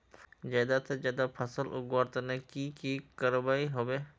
ज्यादा से ज्यादा फसल उगवार तने की की करबय होबे?